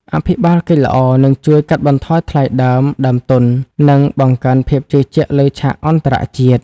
អភិបាលកិច្ចល្អនឹងជួយកាត់បន្ថយថ្លៃដើមដើមទុន និងបង្កើនភាពជឿជាក់លើឆាកអន្តរជាតិ។